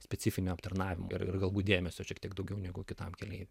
specifinio aptarnavimo ir galbūt dėmesio šiek tiek daugiau negu kitam keleiviui